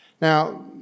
Now